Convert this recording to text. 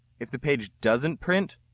if the page doesn't print,